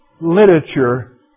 literature